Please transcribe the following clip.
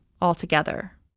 altogether